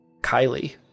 Kylie